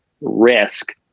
Risk